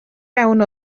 iawn